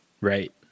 Right